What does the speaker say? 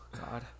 god